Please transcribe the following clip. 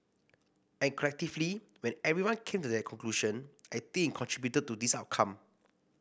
and collectively when everyone came to that conclusion I think it contributed to this outcome